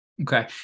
Okay